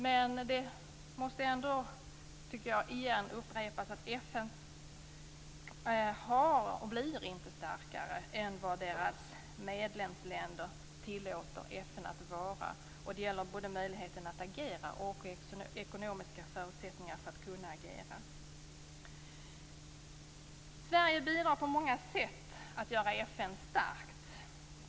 Men jag tycker att det återigen måste upprepas att FN inte blir starkare än vad medlemsländerna tillåter FN att vara. Det gäller både möjligheter att agera och ekonomiska förutsättningar att kunna agera. Sverige bidrar på många sätt för att göra FN starkt.